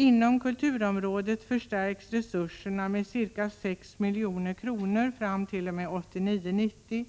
Inom kulturområdet förstärks resurserna med ca 6 milj.kr. fram t.o.m. 1989/90.